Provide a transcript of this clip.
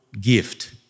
gift